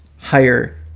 higher